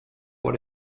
what